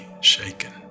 shaken